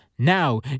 Now